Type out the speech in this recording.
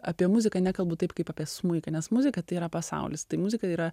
apie muziką nekalbu taip kaip apie smuiką nes muzika tai yra pasaulis tai muzika yra